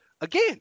again